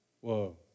Whoa